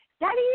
daddy